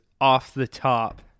off-the-top